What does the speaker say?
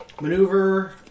Maneuver